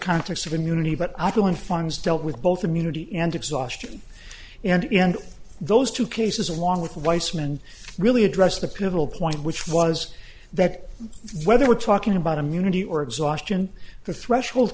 context of immunity but i don't find was dealt with both immunity and exhaustion and those two cases along with weissman really address the pivotal point which was that whether we're talking about immunity or exhaustion the threshold